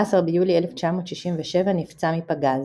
ב-14 ביולי 1967 נפצע מפגז.